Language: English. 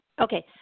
Okay